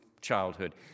childhood